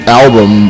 album